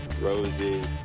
roses